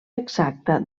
exacta